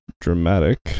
Dramatic